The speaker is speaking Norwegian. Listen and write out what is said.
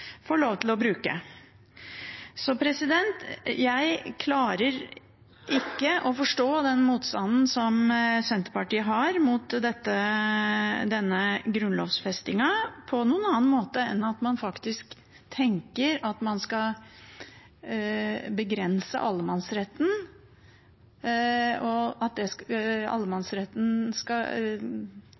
lov til å bruke. Jeg klarer ikke å forstå den motstanden Senterpartiet har mot denne grunnlovfestingen, på noen annen måte enn at man faktisk tenker at man skal begrense allemannsretten, og at allemannsretten skal